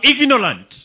ignorant